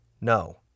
No